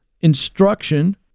instruction